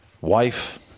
wife